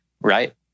Right